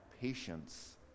patience